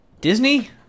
Disney